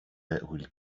will